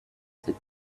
that